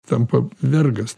tampa vergas